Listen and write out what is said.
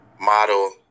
model